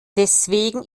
deswegen